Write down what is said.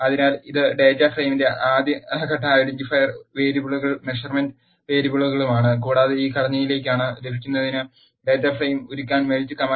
അതിനാൽ ഇത് ഡാറ്റ ഫ്രെയിമിന്റെ ആദ്യ ഘട്ട ഐഡന്റിഫയർ വേരിയബിളുകളും മെഷർമെന്റ് വേരിയബിളുകളും ആണ് കൂടാതെ ഈ ഘടനയിലേക്ക് ലഭിക്കുന്നതിന് ഡാറ്റ ഫ്രെയിം ഉരുക്കാൻ മെൽറ്റ് കമാൻഡ് ഉപയോഗിക്കുന്നു